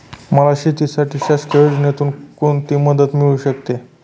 मला शेतीसाठी शासकीय योजनेतून कोणतीमदत मिळू शकते?